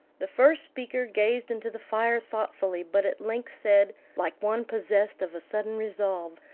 the first speaker gazed into the fire thoughtfully, but at length said, like one possessed of a sudden resolve,